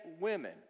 women